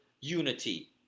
unity